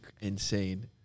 insane